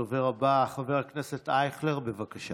הדובר הבא, חבר הכנסת אייכלר, בבקשה.